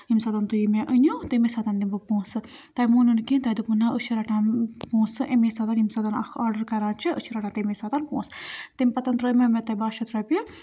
ییٚمہِ ساتَن تُہۍ مےٚ أنِو تَمے سات دِمہٕ بہٕ پونٛسہٕ تۄہہِ مونوُ نہٕ کِہیٖنۍ تۄہہِ دوٚپوُ نہ أسۍ چھِنہٕ رَٹان پونٛسہٕ اَمے سات ییٚمہِ سات اَکھ آڈَر کَران چھِ أسۍ چھِ رَٹان تَمے ساتہٕ پونٛسہٕ تٔمۍ پَتَن ترٛٲوۍ مےٚ مےٚ تۄہہِ بَہہ شَتھ رۄپیہِ